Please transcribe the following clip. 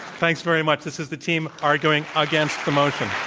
thanks very much. this is the team arguing against the motion.